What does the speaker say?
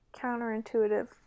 counterintuitive